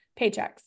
paychecks